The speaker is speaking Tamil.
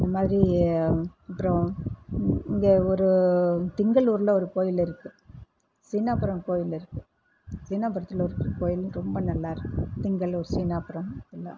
இதுமாதிரி அப்புறம் இந்த ஒரு திங்களூரில் ஒரு கோயில் இருக்குது சின்னாபுரம் கோயில் இருக்குது சின்னாப்புரத்துல இருக்கிற கோயில் ரொம்ப நல்லாயிருக்கு திங்களூர் சின்னாபுரம்